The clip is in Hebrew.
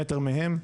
מטר מהם,